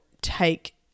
take